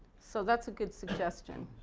so that's a good suggestion.